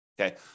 okay